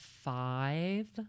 Five